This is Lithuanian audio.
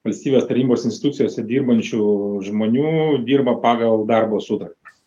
valstybės tarybos institucijose dirbančių žmonių dirba pagal darbo sutartis